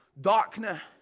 darkness